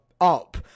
up